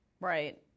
Right